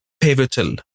pivotal